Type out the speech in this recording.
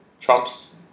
trumps